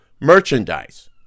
merchandise